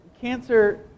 cancer